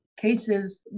cases